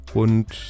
und